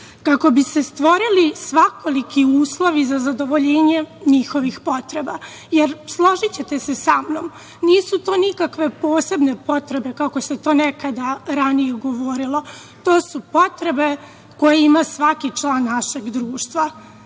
kako bi se stvorili svakoliki uslovi za zadovoljenje njihovih potreba. Složićete se sa mnom, nisu to nikakve posebne potrebe, kako se to nekada ranije govorilo, to su potrebe koje ima svaki član našeg društva.